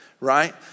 right